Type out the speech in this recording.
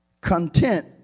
content